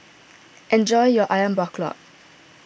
enjoy your Ayam Buah Keluak